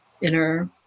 inner